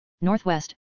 northwest